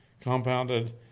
Compounded